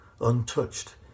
untouched